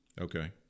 Okay